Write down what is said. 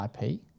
IP